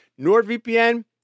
NordVPN